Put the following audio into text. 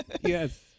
Yes